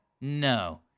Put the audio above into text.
no